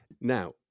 Now